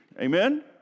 Amen